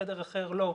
בחדר אחר לא,